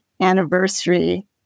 anniversary